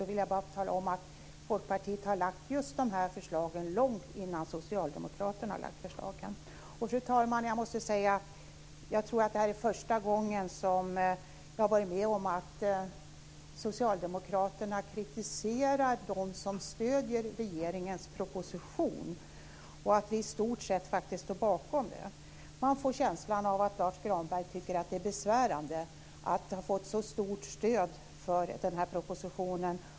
Då vill jag bara tala om att Folkpartiet har lagt fram just dessa förslag långt innan Socialdemokraterna gjorde det. Fru talman! Jag måste säga att jag tror att detta är första gången som jag har varit med om att socialdemokraterna kritiserar dem som stöder regeringens proposition och att man i stort sett faktiskt står bakom den. Man får känslan av att Lars U Granberg tycker att det är besvärande att ha fått så stort stöd för denna propositionen.